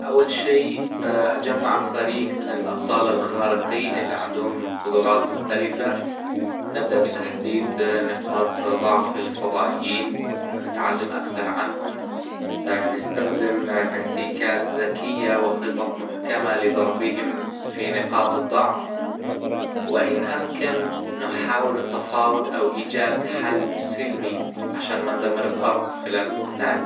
اول شي اجمع فريق من الابطال الخارقين اللي عندهم قدرات مختلفة نبدأ بتحديد نقاط ضعف الفضائيين نتعلم اكثر عنهم، نستخدم تكتيكات ذكية وخطط محكمة لضربهم في نقاط الضعف وان امكن نحاول التفاوض او ايجاد حل سلمي عشان ما ندمر الارض خلال القتال